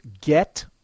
get